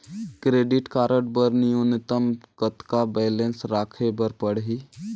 Credit card बर न्यूनतम कतका बैलेंस राखे बर पड़ही?